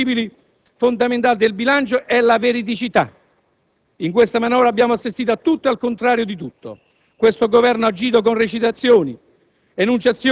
che uno dei principi fondamentali del bilancio è la veridicità. In questa manovra abbiamo assistito a tutto e al contrario di tutto. Questo Governo ha agito con recitazioni,